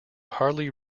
hardly